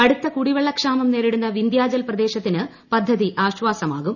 കടുത്ത കുടിവെള്ള ക്ഷാമം ന്റേരിടുന്ന് വിന്ധ്യാചൽ പ്രദേശത്തിന് പദ്ധതി ആശ്വസമാകും